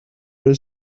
does